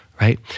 right